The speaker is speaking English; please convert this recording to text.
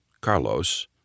Carlos